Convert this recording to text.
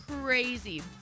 crazy